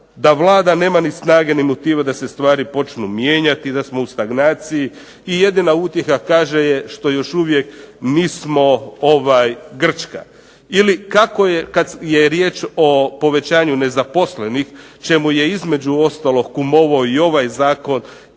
da Vlada nema ni snage ni motiva da se stvari počnu mijenjati i da smo u stagnaciji i jedina utjeha kaže je što još uvijek nismo Grčka. Ili kako je kad je riječ o povećanju nezaposlenih čemu je između ostalog kumovao i ovaj zakon,